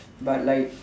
but like